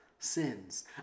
sins